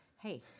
hey